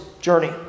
journey